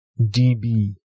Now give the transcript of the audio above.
DB